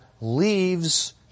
leaves